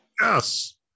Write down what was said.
yes